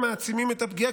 הם מעצימים את הפגיעה,